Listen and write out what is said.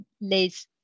Liz